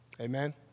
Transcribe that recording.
Amen